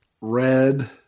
red